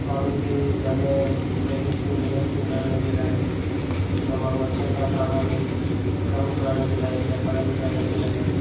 माण्हुनि खे घरु बेरेकियूं मिलनि थियूं रहण जे लाइ जेका माण्हू अचनि त थाणा में कमु करणु जे लाइ या पढ़ाई करण जे लाइ